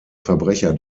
verbrecher